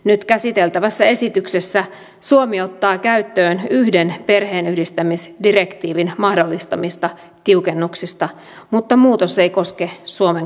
nyt käsiteltävässä esityksessä suomi ottaa käyttöön yhden perheenyhdistämisdirektiivin mahdollistamista tiukennuksista mutta muutos ei koske suomen kansalaisia